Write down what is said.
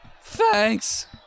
Thanks